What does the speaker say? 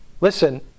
Listen